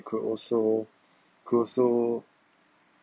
it could also could also